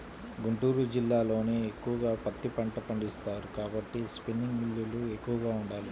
గుంటూరు జిల్లాలోనే ఎక్కువగా పత్తి పంట పండిస్తారు కాబట్టి స్పిన్నింగ్ మిల్లులు ఎక్కువగా ఉండాలి